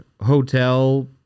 hotel